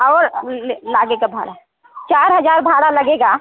और लगेगा भाड़ा चार हज़ार भाड़ा लगेगा